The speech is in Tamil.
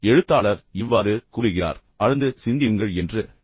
எழுத்தாளர் இவ்வாறு கூறுகிறார் ஆழ்ந்து சிந்தியுங்கள் என்று கூறுகிறார்